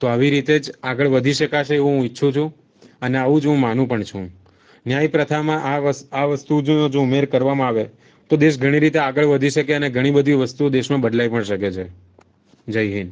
તો આવી રીતે જ આગળ વધી શકાશે એવું હું ઈચ્છું છું અને આવું જ હું માનું પણ છું ન્યાય પ્રથામાં આ વસ્તુ જો જો ઉમેર કરવામાં આવે તો દેશ ઘણી રીતે આગળ વધી શકે અને ઘણી બધી વસ્તુઓ દેશમાં બદલાઈ પણ શકે છે જય હિન્દ